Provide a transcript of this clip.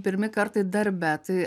pirmi kartai darbe tai